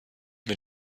mit